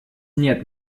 нет